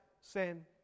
sin